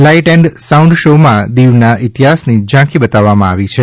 light and sound show માં દીવના ઇતિહાસની ઝાંખી બતાવવામાં આવી છે